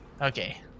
Okay